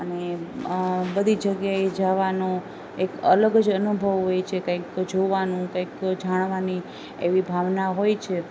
અને બધી જગ્યાએ જવાનો એક અલગ જ અનુભવ હોય છે કંઇક તો જોવાનું કંઇક જાણવાની એવી ભાવના હોય છે